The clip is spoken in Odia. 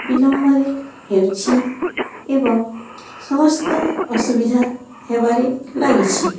ବିିଳମ୍ବରେ ହେଉଛି ଏବଂ ସମସ୍ତ ଅସୁବିଧା ହେବାରେ ଲାଗିଛି